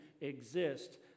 exist